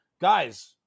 guys